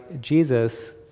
Jesus